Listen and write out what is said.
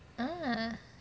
ah